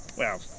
well,